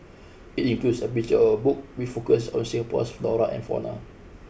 it includes a picture of a book we focuses on Singapore's flora and fauna